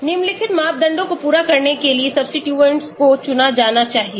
निम्नलिखित मानदंडों को पूरा करने के लिए सबस्टिट्यूट को चुना जाना चाहिए